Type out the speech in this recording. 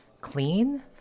clean